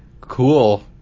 Cool